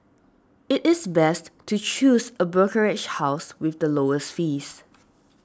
it is best to choose a brokerage house with the lowest fees